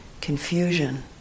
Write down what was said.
confusion